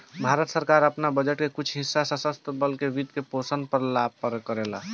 भारत सरकार आपन बजट के कुछ हिस्सा सशस्त्र बल के वित्त पोषण ला पास करेले